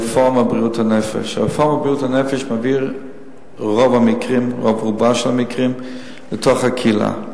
הרפורמה בבריאות הנפש מעבירה את רוב רובם של המקרים לתוך הקהילה,